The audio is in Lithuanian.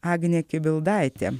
agnė kibildaitė